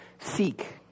Seek